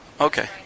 Okay